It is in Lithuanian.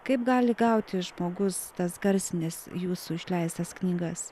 kaip gali gauti žmogus tas garsines jūsų išleistas knygas